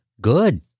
Good